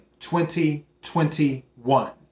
2021